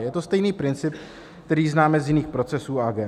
Je to stejný princip, který známe z jiných procesů a agend.